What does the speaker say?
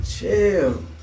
Chill